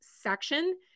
section